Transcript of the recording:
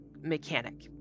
mechanic